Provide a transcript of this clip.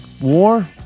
War